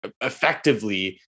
effectively